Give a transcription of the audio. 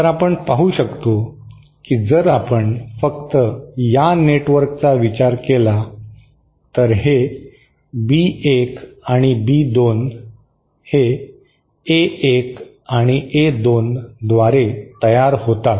तर आपण पाहू शकतो की जर आपण फक्त या नेटवर्कचा विचार केला तर हे बी 1 आणि बी 2 हे ए 1 आणि ए 2 द्वारे तयार होतात